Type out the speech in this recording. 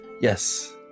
Yes